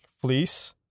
fleece